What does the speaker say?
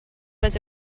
was